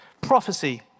Prophecy